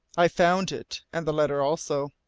i found it and the letter also.